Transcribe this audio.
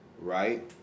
right